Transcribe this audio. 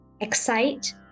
excite